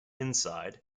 inside